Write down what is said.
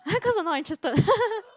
!huh! cause I'm not interested